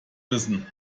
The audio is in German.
wissen